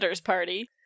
party